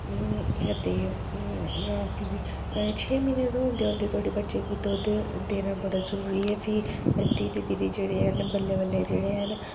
ते फ्ही छे म्हीने ओह्दे धोड़ी बच्चे गी दुद्ध देना बड़ा जरूरी ऐ फ्ही धीरे धीरे जेह्ड़े हैन बल्लें बल्लें जेह्ड़े हैन